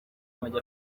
amagi